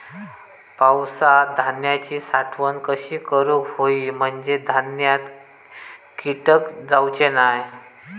पावसात धान्यांची साठवण कशी करूक होई म्हंजे धान्यात कीटक जाउचे नाय?